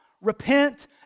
repent